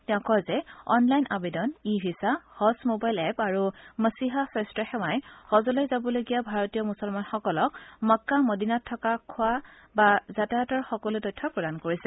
তেওঁ কয় যে অনলাইন আবেদন e visa Hajj mobile app আৰু মছীহা স্বাস্থ্য সেৱাই হজলৈ যাবলগীয়া ভাৰতীয় মুছলমানসকলক মক্কা মদিনাত থকা খোৱা বা যাতায়তৰ সকলো তথ্য প্ৰদান কৰিছে